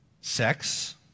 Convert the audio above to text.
Sex